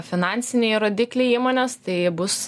finansiniai rodikliai įmonės tai bus